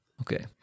Okay